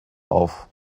auf